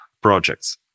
projects